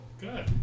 Good